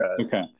Okay